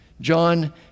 John